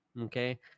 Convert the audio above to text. Okay